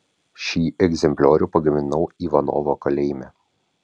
šį egzempliorių pagaminau ivanovo kalėjime